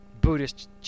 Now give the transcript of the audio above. Buddhist